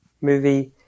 movie